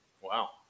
Wow